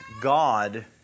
God